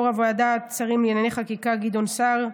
יו"ר ועדת שרים לענייני חקיקה גדעון סער,